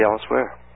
elsewhere